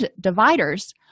dividers